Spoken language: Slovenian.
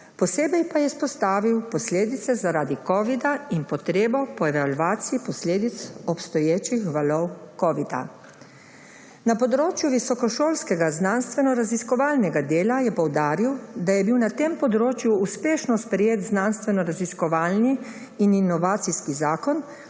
Posebej pa je izpostavil posledice zaradi covida in potrebo po evalvaciji posledic obstoječih valov covida. Na področju visokošolskega znanstvenoraziskovalnega dela je poudaril, da je bil na tem področju uspešno sprejet znanstvenoraziskovalni in inovacijski zakon,